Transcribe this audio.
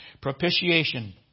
Propitiation